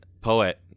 poet